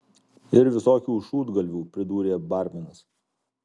ir visokių šūdgalvių pridūrė barmenas